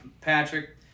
Patrick